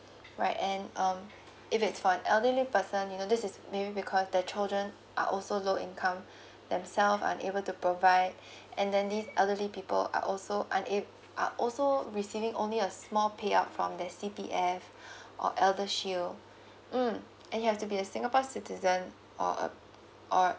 right and um if it's for an elderly person you know this is maybe because their children are also low income themselves are unable to provide and then these elderly people are also unab~ are also receiving only a small pay up from their C_P_F or eldershield mm and you have to be a singapore citizen or uh or